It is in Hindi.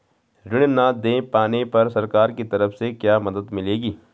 ऋण न दें पाने पर सरकार की तरफ से क्या मदद मिलेगी?